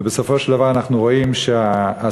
ובסופו של דבר אנחנו רואים שההסתה,